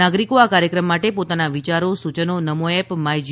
નાગરિકો આ કાર્યક્રમ માટે પોતાના વિચારો સૂચનો નમો એપ માય જી